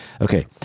okay